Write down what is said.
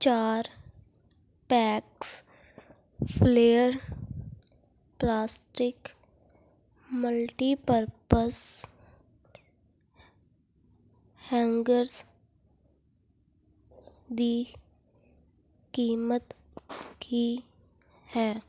ਚਾਰ packs flair plastic multipurpose hangers ਦੀ ਕੀਮਤ ਕੀ ਹੈ